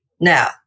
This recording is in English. Now